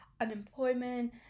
unemployment